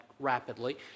Rapidly